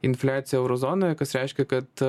infliaciją euro zonoje kas reiškia kad